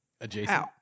Adjacent